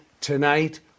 tonight